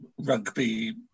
rugby